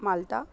माल्ता